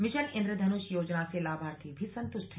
mission Indradhanush योजना से लाभार्थी भी संतुष्ट हैं